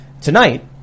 tonight